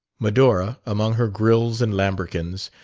medora, among her grilles and lambrequins,